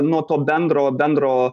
nuo to bendro bendro